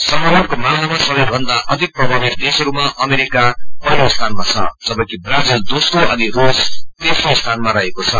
संक्रमणको मामलामा सबैभन्दा अधिक प्रभावित देशहरूमा अमेरिका पहिलो स्थानमा छ जबकि ब्राजील दोम्रो अनि रूस तेम्रो स्थानमा रहेको छ